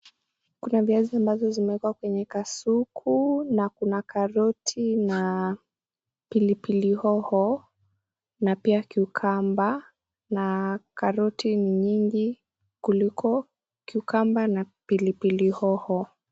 Kuna viazi ambazo zimewekwa kwenye kasuku na kuna karoti na kuna pilipili hoho na pia (CS ) cucumber (CS) na karoti nyingi kuliko (CS)cucumber(CS)na pilipili hoho.